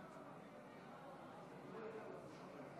התשפ"א 2021, לא התקבלה.